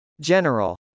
General